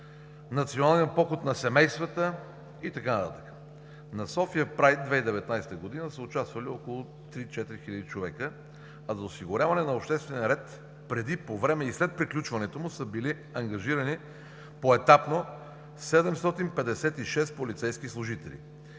Националния поход на семействата и така нататък. На София Прайд 2019 г. са участвали около 3000 – 4000 хиляди човека. За осигуряване на обществения ред преди, по време и след приключването му са били ангажирани поетапно 756 полицейски служители.